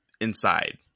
inside